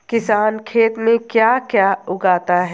किसान खेत में क्या क्या उगाता है?